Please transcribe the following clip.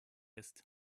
ist